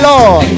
Lord